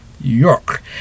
York